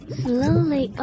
slowly